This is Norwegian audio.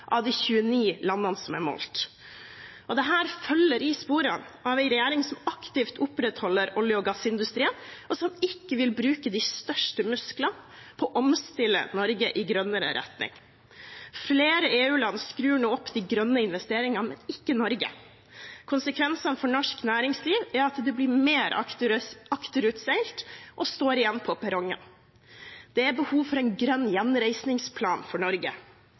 av de 29 landene som er målt. Dette følger i sporene av en regjering som aktivt opprettholder olje- og gassindustrien, og som ikke vil bruke de største musklene på å omstille Norge i grønnere retning. Flere EU-land skrur nå opp de grønne investeringene, men ikke Norge. Konsekvensene for norsk næringsliv er at det blir mer akterutseilt og står igjen på perrongen. Det er behov for en grønn gjenreisningsplan for Norge.